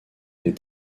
des